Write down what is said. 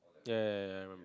ya ya ya ya I remem~